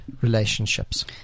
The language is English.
relationships